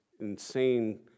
insane